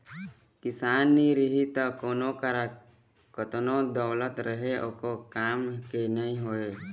किसान नी रही त कोनों करा कतनो दउलत रहें एको काम के नी होय